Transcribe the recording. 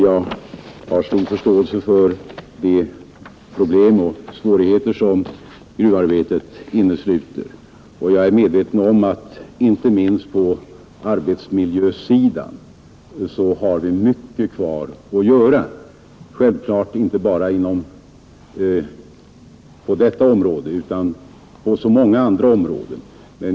Jag har stor förståelse för de problem och svårigheter som gruvarbetet innesluter, och jag är medveten om att vi har mycket kvar att göra, inte minst på arbetsmiljösidan.